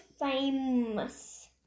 famous